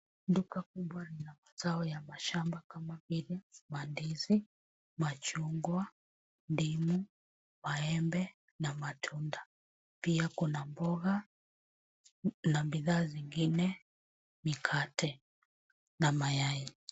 Duka kubwa ina mazao ya mashamba kama mandizi, machungwa, ndimu, maembe, na matunda. Pia kuna mboga na bidhaa zingine, mikate, na mayai.